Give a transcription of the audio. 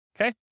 Okay